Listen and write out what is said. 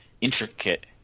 intricate